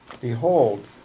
Behold